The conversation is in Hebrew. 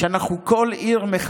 שאנחנו מכסים כל עיר.